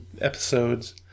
episodes